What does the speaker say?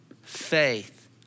faith